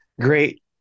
Great